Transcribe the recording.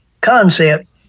concept